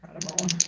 Incredible